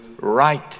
right